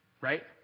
right